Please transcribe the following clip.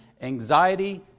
Anxiety